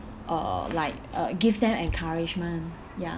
uh like uh give them encouragement ya